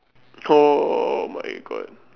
oh my god